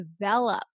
develop